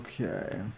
Okay